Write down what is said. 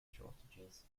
shortages